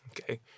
Okay